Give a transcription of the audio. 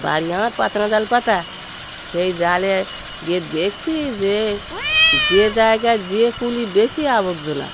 বাড়ি আমার পাতলা জাল পাতা সেই জালে গিয়ে দেখছি যে যে জায়গায় যে কূলে বেশি আবর্জনা